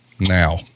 now